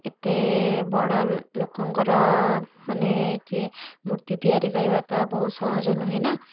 ଏତେ ବଡ଼ ଲୋକଙ୍କର ମାନେ ଯିଏ ମୂର୍ତ୍ତି ତିଆରି କରିବା ତ ବହୁତ ସହଜ ନୁହେଁ ନା